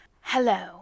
Hello